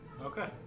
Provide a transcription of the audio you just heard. okay